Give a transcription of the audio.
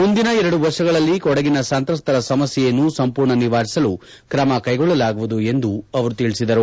ಮುಂದಿನ ಎರಡು ವರ್ಷಗಳಲ್ಲಿ ಕೊಡಗಿನ ಸಂತ್ರಸ್ತರ ಸಮಸ್ಕೆಯನ್ನು ಸಂಪೂರ್ಣ ನಿವಾರಿಸಲು ತ್ರಮಕ್ಟೆಗೊಳ್ಳಲಾಗುವುದು ಎಂದು ಅವರು ತಿಳಿಸಿದರು